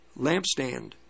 lampstand